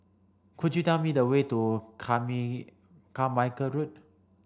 could you tell me the way to Carmichael Road